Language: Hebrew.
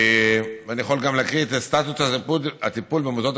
אני יכול גם להקריא את סטטוס הטיפול במוסדות